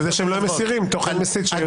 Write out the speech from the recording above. על זה שהם לא מסירים תוכן מסית שנודע להם עליו.